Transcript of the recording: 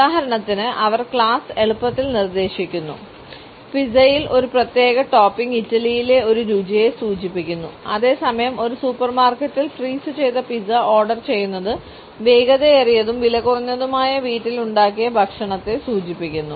ഉദാഹരണത്തിന് അവർ ക്ലാസ് എളുപ്പത്തിൽ നിർദ്ദേശിക്കുന്നു പിസ്സയിൽ ഒരു പ്രത്യേക ടോപ്പിംഗ് ഇറ്റലിയിലെ ഒരു രുചിയെ സൂചിപ്പിക്കുന്നു അതേസമയം ഒരു സൂപ്പർമാർക്കറ്റിൽ ഫ്രീസുചെയ്ത പിസ്സ ഓർഡർ ചെയ്യുന്നത് വേഗതയേറിയതും വിലകുറഞ്ഞതുമായ വീട്ടിൽ ഉണ്ടാക്കിയ ഭക്ഷണത്തെ സൂചിപ്പിക്കുന്നു